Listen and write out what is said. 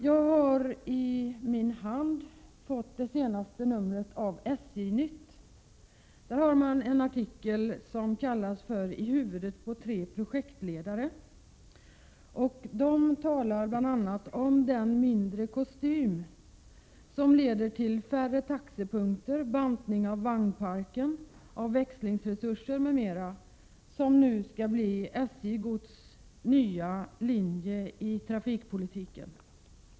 Jag har i min hand fått senaste numret av SJ-Nytt. Där finns en artikel som bär rubriken ”I huvudet på tre projektledare”. De talar bl.a. om den ”mindre kostym” som medför färre taxepunkter, bantning av vagnparken, bantning av växlingsresurser m.m. och som nu skall bli SJ Gods nya linje i trafikpolitiken.